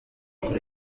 kuri